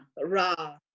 Ra